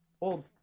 old